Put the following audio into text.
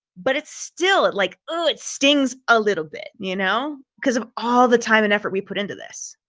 but it's still like, oh, it stings a little bit, you know, because of all the time and effort we put into this.